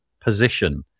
position